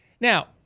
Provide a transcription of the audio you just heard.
Now